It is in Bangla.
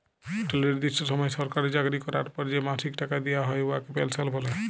ইকট লিরদিষ্ট সময় সরকারি চাকরি ক্যরার পর যে মাসিক টাকা দিয়া হ্যয় উয়াকে পেলসল্ ব্যলে